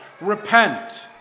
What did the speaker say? Repent